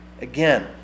Again